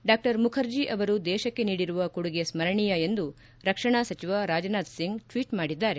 ಡಾ ಮುಖರ್ಜಿ ಅವರು ದೇಶಕ್ಕೆ ನೀಡಿರುವ ಕೊಡುಗೆ ಸ್ನರಣೀಯ ಎಂದು ರಕ್ಷಣಾ ಸಚಿವ ರಾಜನಾಥ್ ಸಿಂಗ್ ಟ್ವೀಟ್ ಮಾಡಿದ್ದಾರೆ